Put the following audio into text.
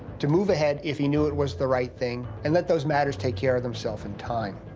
to move ahead if he knew it was the right thing, and let those matters take care of themselves in time.